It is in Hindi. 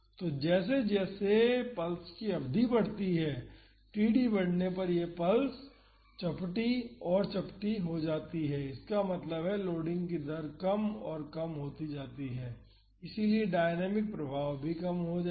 तो जैसे जैसे पल्स की अवधि बढ़ती है td बढ़ने पर यह साइन पल्स चपटी और चपटी हो जाती है इसका मतलब है लोडिंग की दर कम और कम होती जाती है इसलिए डायनामिक प्रभाव भी कम हो जाएगा